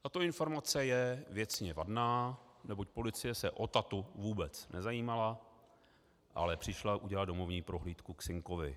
Tato informace je věcně vadná, neboť policie se o tatu vůbec nezajímala, ale přišla udělat domovní prohlídku k synkovi.